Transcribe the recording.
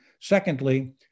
Secondly